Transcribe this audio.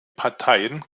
parteien